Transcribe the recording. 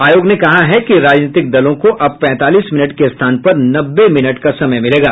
आयोग ने कहा है कि राजनीतिक दलों को अब पैंतालीस मिनट के स्थान पर नब्बे मिनट का समय मिलेगा